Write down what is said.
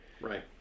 Right